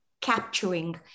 capturing